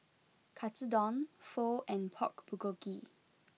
Katsudon Pho and Pork Bulgogi